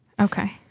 Okay